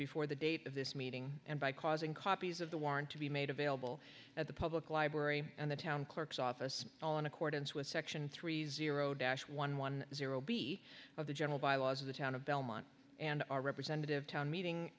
before the date of this meeting and by causing copies of the warrant to be made available at the public library and the town clerk's office all in accordance with section three zero dash one one zero b of the general bylaws of the town of belmont and our representative town meeting